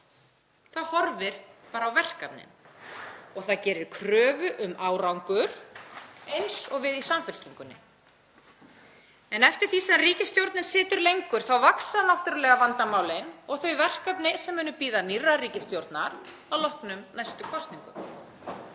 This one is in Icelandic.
Það horfir bara á verkefnin og það gerir kröfu um árangur eins og við í Samfylkingunni. En eftir því sem ríkisstjórnin situr lengur þá vaxa náttúrulega vandamálin og þau verkefni sem munu bíða nýrrar ríkisstjórnar að loknum næstu kosningum.